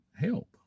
help